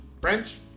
French